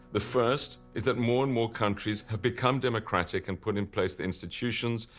the first is that more and more countries have become democratic and put in place the institutions,